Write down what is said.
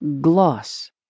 gloss